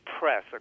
press